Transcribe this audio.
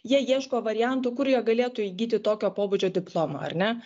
jie ieško variantų kur jie galėtų įgyti tokio pobūdžio diplomą ar ne